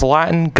Latin